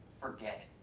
forget it.